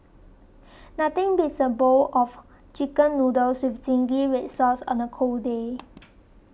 nothing beats a bowl of Chicken Noodles with Zingy Red Sauce on a cold day